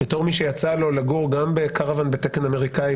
בתור מי שיצא לו לגור גם בקרוואן בתקן אמריקאי